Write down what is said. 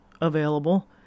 available